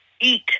eat